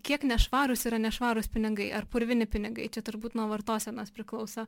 kiek nešvarūs yra nešvarūs pinigai ar purvini pinigai čia turbūt nuo vartosenos priklauso